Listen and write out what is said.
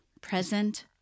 Present